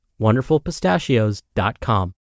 wonderfulpistachios.com